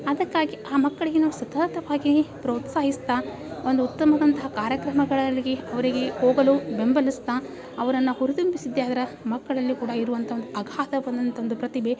ಅದಕ್ಕಾಗಿ ಆ ಮಕ್ಕಳಿಗೆ ನಾವು ಸತತವಾಗಿ ಪ್ರೋತ್ಸಾಹಿಸ್ತಾ ಒಂದು ಉತ್ತಮದಂಥ ಕಾರ್ಯಕ್ರಮಗಳಲ್ಲಿ ಅವ್ರಿಗೆ ಹೋಗಲು ಬೆಂಬಲಿಸ್ತಾ ಅವರನ್ನು ಹುರಿದುಂಬಿಸಿದ್ದೇ ಆದ್ರೆ ಮಕ್ಕಳಲ್ಲೂ ಕೂಡ ಇರುವಂಥ ಒಂದು ಅಗಾಧವಾದಂಥ ಒಂದು ಪ್ರತಿಭೆ